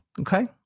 Okay